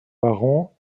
parents